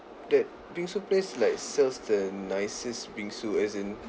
that bingsu place like sells the nicest bingsu as in